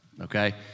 okay